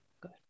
good